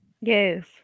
Yes